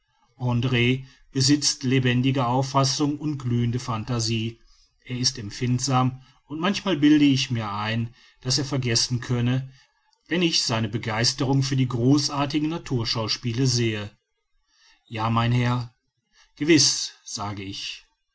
andr besitzt lebendige auffassung und glühende phantasie er ist empfindsam und manchmal bilde ich mir ein daß er vergessen könne wenn ich seine begeisterung für die großartigen naturschauspiele sehe ja mein herr gewiß sage ich